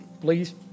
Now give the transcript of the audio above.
please